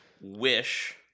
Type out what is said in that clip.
Wish